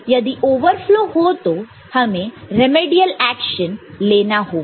यदि ओवरफ्लो हो तो हमें रेमेडियल ऐक्शन लेना होगा